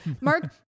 mark